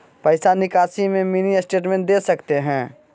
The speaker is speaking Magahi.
पैसा निकासी में मिनी स्टेटमेंट दे सकते हैं?